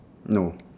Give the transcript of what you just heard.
no